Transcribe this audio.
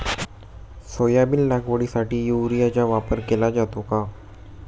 Soybean लागवडीसाठी युरियाचा वापर केला जातो का?